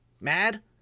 mad